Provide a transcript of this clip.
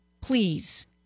please